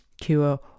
cure